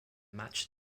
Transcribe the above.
match